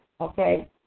okay